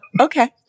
okay